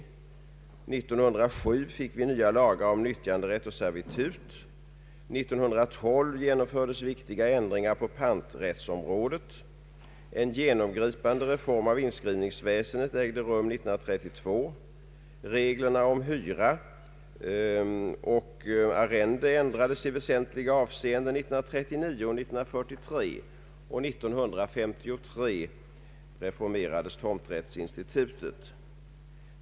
År 1907 fick vi nya lagar om nyttjanderätt och servitut. år 1912 genomfördes viktiga ändringar på panträttsområdet. En genomgripande reform av inskrivningsväsendet ägde rum 1932. Reglerna om hyra och arrende ändrades i väsentliga avseenden 1939 och 1943. år 1953 reformerades tomträttsinstitutet.